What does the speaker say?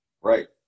Right